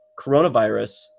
coronavirus